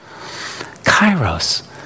Kairos